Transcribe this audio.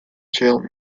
jail